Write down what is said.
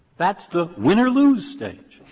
that's the win or lose stage.